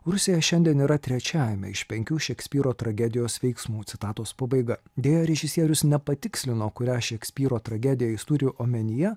rusija šiandien yra trečiajame iš penkių šekspyro tragedijos veiksmų citatos pabaiga deja režisierius nepatikslino kurią šekspyro tragediją jis turi omenyje